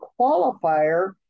qualifier